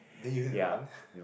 then you have to run ppo